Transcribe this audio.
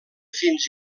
fins